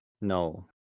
No